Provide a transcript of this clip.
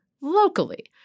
locally